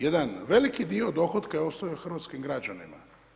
Jedan veliki dio dohotka je ostavio hrvatskim građanima.